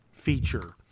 feature